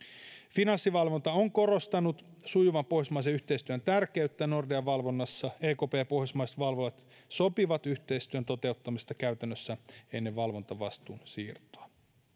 finanssivalvonta on korostanut sujuvan pohjoismaisen yhteistyön tärkeyttä nordean valvonnassa ekp ja pohjoismaiset valvojat sopivat yhteistyön toteuttamisesta käytännössä ennen valvontavastuun siirtoa